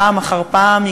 פעם אחר פעם,